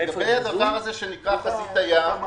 לגזי חזית הים,